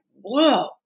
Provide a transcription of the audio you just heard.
whoa